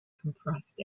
compressed